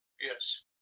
Yes